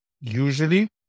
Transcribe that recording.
usually